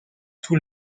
tous